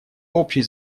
общий